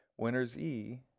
Winnerse